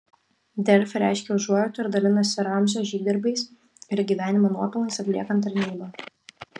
delfi reiškia užuojautą ir dalinasi ramzio žygdarbiais ir gyvenimo nuopelnais atliekant tarnybą